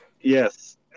Yes